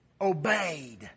obeyed